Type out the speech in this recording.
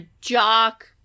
jock